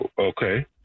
okay